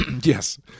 yes